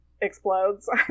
explodes